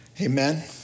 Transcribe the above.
Amen